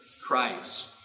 Christ